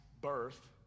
birth